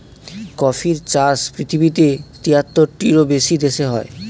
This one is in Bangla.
কফির চাষ পৃথিবীতে তিয়াত্তরটিরও বেশি দেশে হয়